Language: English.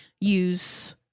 use